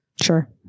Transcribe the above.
Sure